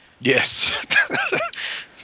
Yes